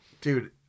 dude